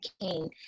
cane